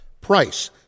price